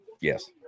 Yes